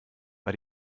war